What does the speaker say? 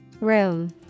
Room